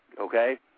Okay